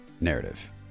narrative